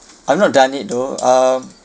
I've not done it though um